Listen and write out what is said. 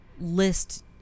list